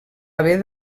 haver